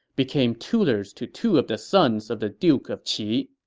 became tutors to two of the sons of the duke of qi.